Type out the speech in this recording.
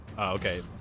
Okay